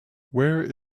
where